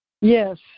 Yes